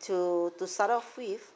to to start off with